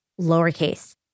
lowercase